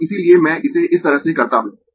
तो इसीलिये मैं इसे इस तरह से करता हूं